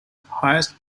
highest